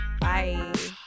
Bye